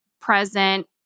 present